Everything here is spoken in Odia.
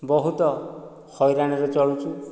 ବହୁତ ହଇରାଣରେ ଚଳୁଛୁ